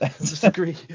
disagree